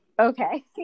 Okay